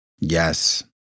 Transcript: Yes